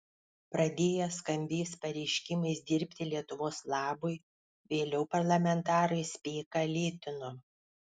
pradėję skambiais pareiškimais dirbti lietuvos labui vėliau parlamentarai spėką lėtino